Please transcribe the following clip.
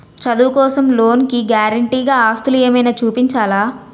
చదువు కోసం లోన్ కి గారంటే గా ఆస్తులు ఏమైనా చూపించాలా?